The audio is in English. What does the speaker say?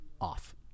off